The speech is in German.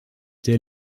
der